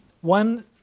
one